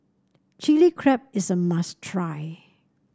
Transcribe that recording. Chili Crab is a must try